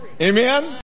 Amen